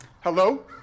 Hello